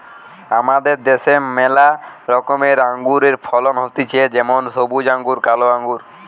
আমাদের দ্যাশে ম্যালা রকমের আঙুরের ফলন হতিছে যেমন সবুজ আঙ্গুর, কালো আঙ্গুর